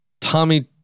Tommy